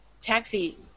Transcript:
taxi